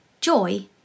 joy